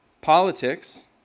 politics